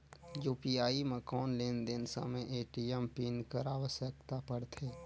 UPI म कौन लेन देन समय ए.टी.एम पिन कर आवश्यकता पड़थे?